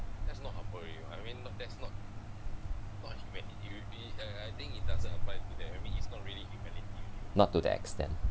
not to that extent